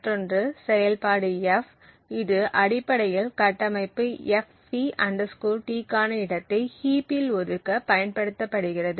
மற்றொன்று செயல்பாடு f இது அடிப்படையில் கட்டமைப்பு fp Tக்கான இடத்தை ஹீப்பில் ஒதுக்க பயன்படுத்தப்படுகிறது